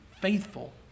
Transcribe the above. faithful